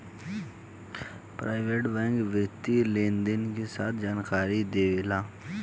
private bank वित्तीय लेनदेन के सभ जानकारी देवे ला